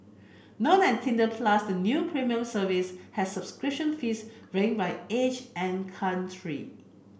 known as Tinder Plus the new premium service has subscription fees varying by age and country